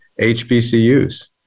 HBCUs